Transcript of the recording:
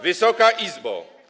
Wysoka Izbo!